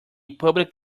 public